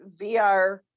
VR